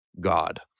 God